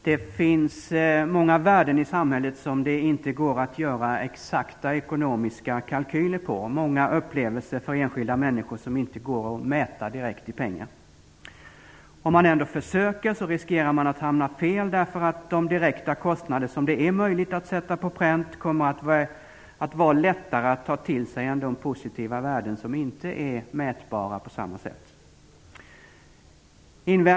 Det finns många värden i samhället som det inte går att göra exakta ekonomiska kalkyler på och många upplevelser för enskilda människor som inte går att mäta direkt i pengar. Om man ändå försöker riskerar man att hamna fel. De direkta kostnader som det är möjligt att sätta på pränt kommer att vara lättare att ta till sig än de positiva värden som inte är mätbara på samma sätt.